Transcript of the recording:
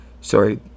Sorry